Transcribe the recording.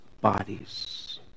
Bodies